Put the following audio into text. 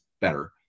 better